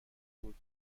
بود